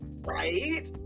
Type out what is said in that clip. Right